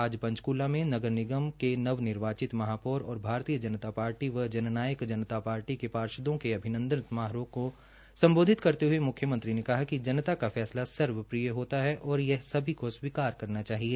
आज पंचकला में नगर निगम के नवनिर्वाचित महापौर और भारतीय जनता पार्टी व जन नायक जनता पार्टी के पार्षदों के अभिनंदन समारोह को सम्बोधित करते हये म्ख्यमंत्री ने कहा कि जनता का फैसला सर्वप्रिय होता है और यह सभी को स्वीकार करना चाहिए